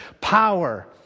power